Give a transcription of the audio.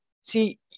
See